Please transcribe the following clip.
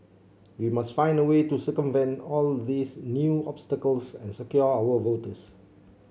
we must find a way to circumvent all these new obstacles and secure our votes